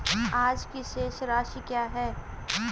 आज की शेष राशि क्या है?